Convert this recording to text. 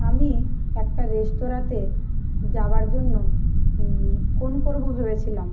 আমি একটা রেস্তোরাঁতে যাওয়ার জন্য ফোন করবো ভেবেছিলাম